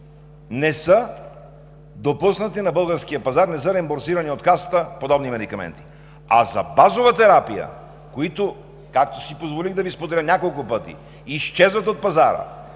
не са допуснати на българския пазар, не са реимбурсирани от Касата подобни медикаменти. А за базова терапия, които, както си позволих да Ви споделя няколко пъти, изчезват от пазара,